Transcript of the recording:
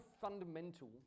fundamental